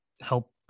help